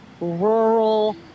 rural